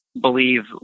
believe